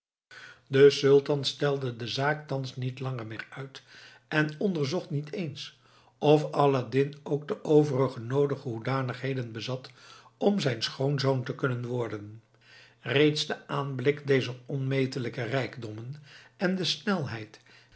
de sultan stelde de zaak thans niet langer meer uit en onderzocht niet eens of aladdin ook de overige noodige hoedanigheden bezat om zijn schoonzoon te kunnen worden reeds de aanblik dezer onmetelijke rijkdommen en de snelheid